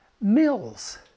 mills